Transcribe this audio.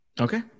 Okay